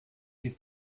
die